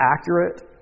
accurate